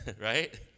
right